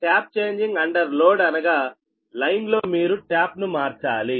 tap changing under load అనగా లైన్లో మీరు ట్యాప్ ను మార్చాలి